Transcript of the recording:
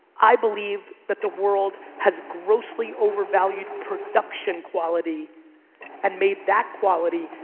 i believe that the world has grossly overvalued production quality and made that quality,